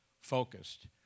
focused